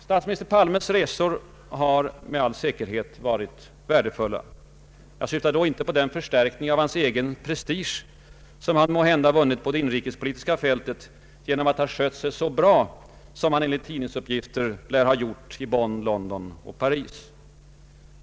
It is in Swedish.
Statsminister Palmes resor har säkert varit värdefulla. Jag syftar då inte på den förstärkning av hans egen prestige som han måhända vunnit på det inrikespolitiska fältet genom att ha skött sig så bra som han enligt tidningsuppgifter lär ha gjort i Bonn, London och Paris.